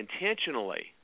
intentionally